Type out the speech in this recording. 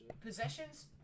possessions